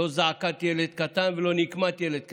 לא זעקת ילד קטן ולא נקמת ילד קטן.